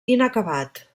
inacabat